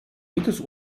dickes